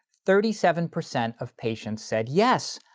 thirty seven percent of patients said yes,